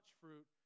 fruit